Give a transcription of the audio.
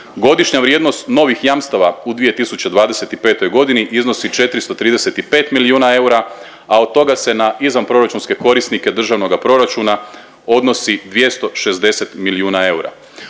Godišnja vrijednost novih jamstava u 2025. godini iznosi 435 milijuna eura, a od toga se na izvanproračunske korisnike državnoga proračuna odnosi 260 milijuna eura.